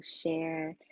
share